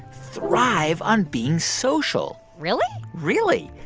thrive on being social really? really.